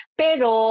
pero